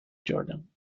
jordan